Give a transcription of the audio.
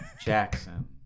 Jackson